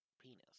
penis